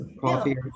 coffee